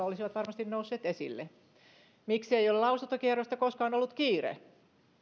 olisivat varmasti nousseet esille lausuntokierroksella miksi ei ole lausuntokierrosta koska on ollut kiire